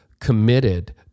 committed